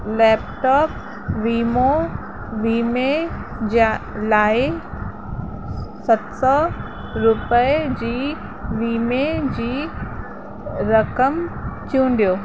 laptop वीमो वीमे जा लाइ सत सौ रुपए जी वीमे जी रक़म चूंडियो